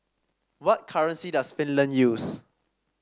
what currency does Finland use